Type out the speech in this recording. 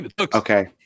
Okay